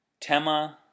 Tema